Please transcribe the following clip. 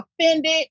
offended